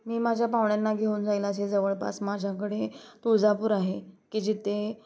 मी माझ्या पाहुण्याना घेऊन जायला जे जवळपास माझ्याकडे तुळजापूर आहे की जिथे